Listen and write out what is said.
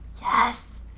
Yes